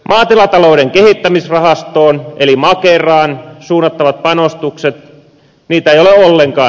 maatilatalouden kehittämisrahastoon eli makeraan suunnattavia panostuksia ei ole ollenkaan